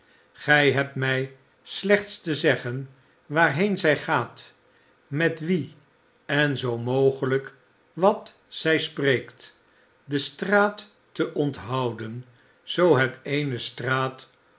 gij hebt mij slechts te zeggen waarheen zij gaat met wien en zoo mogelijk wat zij spreekt de straat te onthouden zoo het eene straat